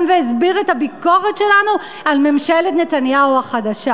והסביר את הביקורת שלנו על ממשלת נתניהו החדשה.